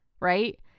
Right